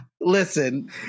Listen